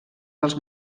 dels